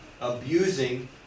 abusing